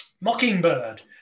Mockingbird